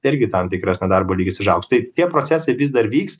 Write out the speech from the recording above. irgi tam tikras nedarbo lygis išaugs tai tie procesai vis dar vyks